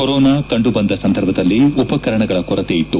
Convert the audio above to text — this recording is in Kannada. ಕೊರೊನಾ ಕಂಡುಬಂದ ಸಂದರ್ಭದಲ್ಲಿ ಉಪಕರಣಗಳ ಕೊರತೆ ಇತ್ತು